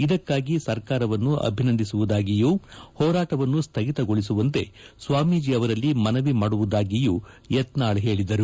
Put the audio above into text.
ಇದಕ್ಕಾಗಿ ಸರ್ಕಾರವನ್ನು ಅಭಿನಂದಿಸುವುದಾಗಿಯೂ ಹೋರಾಟವನ್ನು ಸ್ಥಗಿತಗೊಳಿಸುವಂತೆ ಸ್ವಾಮೀಜಿ ಅವರಲ್ಲಿ ಮನವಿ ಮಾಡುವುದಾಗಿಯೂ ಯತ್ನಾಳ್ ಹೇಳಿದರು